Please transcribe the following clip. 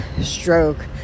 stroke